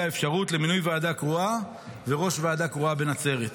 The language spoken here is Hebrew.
האפשרות למינוי ועדה קרואה וראש ועדה קרואה בנצרת.